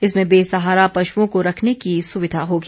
इसमें बेसहारा पशुओं को रखने की सुविधा होगी